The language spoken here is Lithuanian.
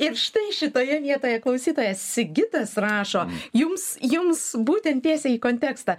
ir štai šitoje vietoje klausytojas sigitas rašo jums jums būtent tiesiai į kontekstą